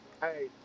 hey